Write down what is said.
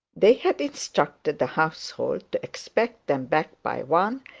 they had instructed the household to expect them back by one,